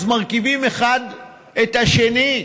אז מרכיבים אחד את השני,